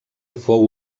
fou